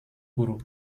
guru